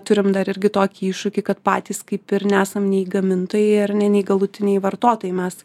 turim dar irgi tokį iššūkį kad patys kaip ir nesam nei gamintojai ar ne nei galutiniai vartotojai mes